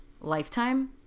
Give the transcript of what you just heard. lifetime